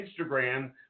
Instagram